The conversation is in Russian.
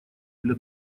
для